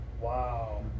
Wow